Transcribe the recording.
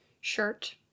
shirt